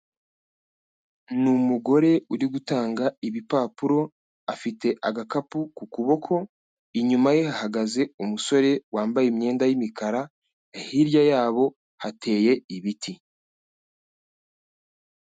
Ni umugore uri gutanga ibipapuro, afite agakapu ku kuboko, inyuma ye hahagaze umusore wambaye imyenda y'imikara, hirya yabo hateye ibiti.